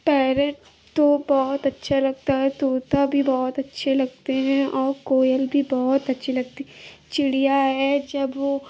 parrot तो बहुत अच्छा लगता है तोता भी बहुत अच्छे लगते हैं और कोयल भी बहुत अच्छी लगती चिड़िया है जब वह